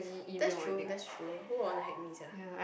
that's true that's true who will wanna hack me sia